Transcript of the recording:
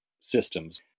systems